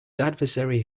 adversary